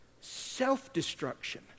self-destruction